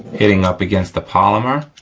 hitting up against the polymer,